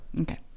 Okay